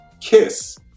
Kiss